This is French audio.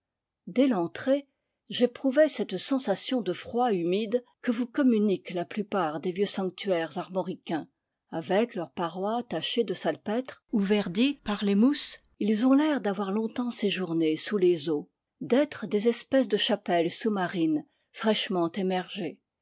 dès l'entrée j'éprouvai cette sensation de froid humide que vous communiquent la plupart des vieux sanctuaires armoricains avec leurs parois tachées de salpêtres ou verdies par les mousses ils ont l'air d'avoir longtemps séjourné sous les eaux des c'e et des espèces de chapelles sous-marines fraîchement émergées